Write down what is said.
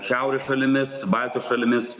šiaurės šalimis baltijos šalimis